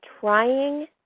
trying